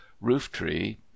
roof-tree